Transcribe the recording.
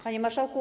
Panie Marszałku!